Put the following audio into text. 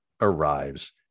Arrives